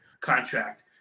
contract